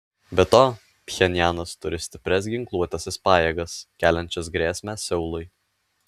be to pchenjanas turi stiprias ginkluotąsias pajėgas keliančias grėsmę seului